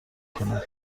کند